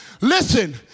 listen